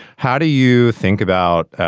how do you think about